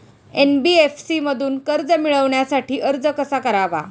NBFC मधून कर्ज मिळवण्यासाठी अर्ज कसा करावा?